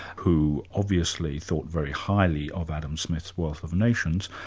who obviously thought very highly of adam smith's wealth of nations,